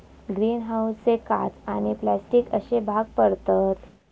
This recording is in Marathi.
ग्रीन हाऊसचे काच आणि प्लास्टिक अश्ये भाग पडतत